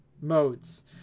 modes